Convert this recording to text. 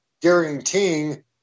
guaranteeing